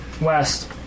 West